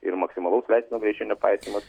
ir maksimalaus leistino greičio nepaisymas